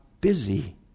busy